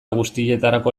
guztietarako